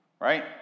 right